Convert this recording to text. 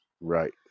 Right